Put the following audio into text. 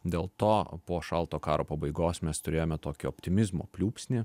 dėl to po šalto karo pabaigos mes turėjome tokį optimizmo pliūpsnį